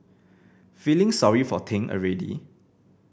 feeling sorry for Ting already